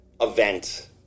event